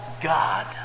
God